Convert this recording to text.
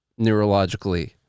neurologically